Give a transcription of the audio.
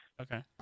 Okay